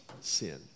sin